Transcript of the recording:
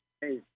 Hey